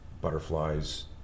butterflies